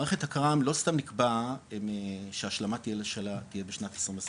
מערכת הקר"מ לא סתם נקבע שההשלמה שלה תהיה בשנת 2026,